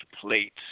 plate